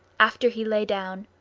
after he lay down,